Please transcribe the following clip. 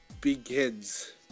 begins